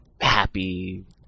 happy